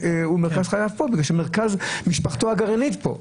שמרכז חייו כאן כי משפחתו הגרעינית כאן.